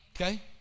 okay